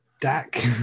Dak